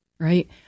Right